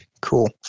cool